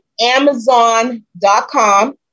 amazon.com